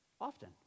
often